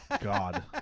God